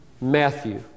Matthew